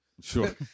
Sure